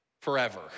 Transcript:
forever